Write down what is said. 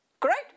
Correct